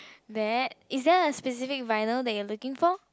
that is there a specific vinyl you are looking for